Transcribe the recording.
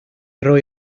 roi